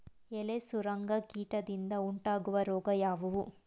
ಎಲೆ ಸುರಂಗ ಕೀಟದಿಂದ ಉಂಟಾಗುವ ರೋಗ ಯಾವುದು?